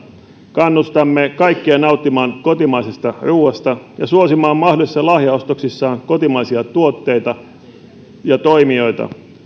kannustamme kaikkia nauttimaan kotimaisesta ruoasta ja suosimaan mahdollisissa lahjaostoksissaan kotimaisia tuotteita ja toimijoita